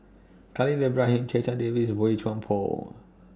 Khalil Ibrahim Checha Davies Boey Chuan Poh